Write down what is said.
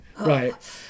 Right